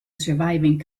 surviving